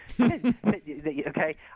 Okay